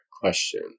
question